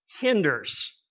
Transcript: hinders